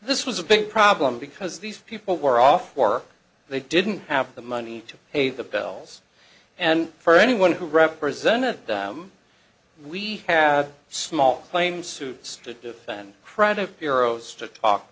this was a big problem because these people were off or they didn't have the money to pay the bells and for anyone who represented them we have small claims suits to defend